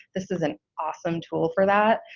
this is an awesome tool for that,